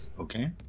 Okay